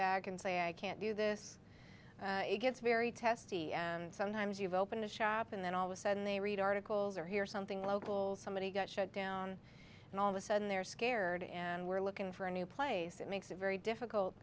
back and say i can't do this it gets very testy and sometimes you've opened a shop and then all of a sudden they read articles or hear something local somebody got shut down and all of a sudden they're scared and we're looking for a new place it makes it very difficult